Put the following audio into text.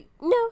no